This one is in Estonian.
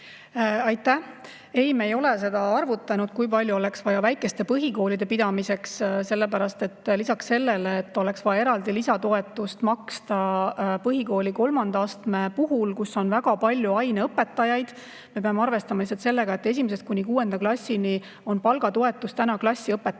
Aitäh! Ei, me ei ole seda arvutanud, kui palju oleks vaja väikeste põhikoolide pidamiseks. Me peame arvestama, et lisaks sellele, et oleks vaja eraldi lisatoetust maksta põhikooli kolmanda astme puhul, kus on väga palju aineõpetajaid, on esimesest kuni kuuenda klassini palgatoetus klassiõpetajale.